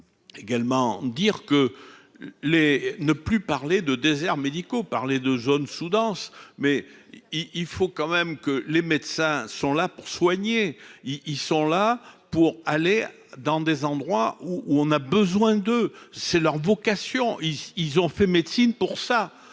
également dire que les ne plus parler de déserts médicaux par les 2 zones sous-denses mais il faut quand même que les médecins sont là pour soigner, ils sont là pour aller dans des endroits où on a besoin de c'est leur vocation, ils ont fait médecine pour ça,